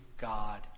God